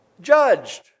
judged